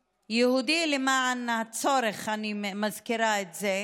יהודי, למען הצורך אני מזכירה את זה,